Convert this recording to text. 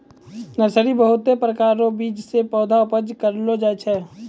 nursery बहुत प्रकार रो बीज से पौधा उपज करलो जाय छै